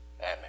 Amen